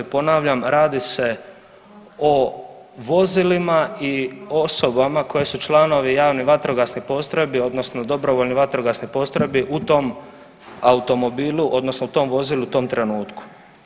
Ponavljam, radi se o vozilima i osobama koje su članovi javnih vatrogasnih postrojbi odnosno dobrovoljnih vatrogasnih postrojbi u tom automobilu odnosno u tom vozilu u tom trenutku.